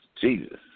Jesus